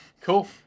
Cool